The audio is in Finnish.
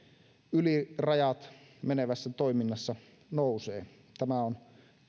yli rajat menevässä toiminnassa nousee tämä